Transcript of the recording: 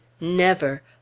Never